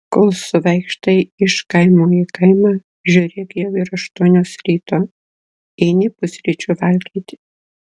kol suvaikštai iš kaimo į kaimą žiūrėk jau ir aštuonios ryto eini pusryčių valgyti